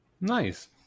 Nice